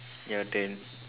ya then